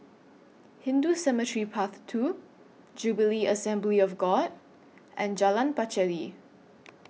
Hindu Cemetery Path two Jubilee Assembly of God and Jalan Pacheli